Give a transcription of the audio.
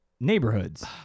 neighborhoods